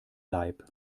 leib